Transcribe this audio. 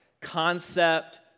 concept